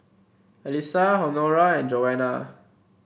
Elissa Honora and Joana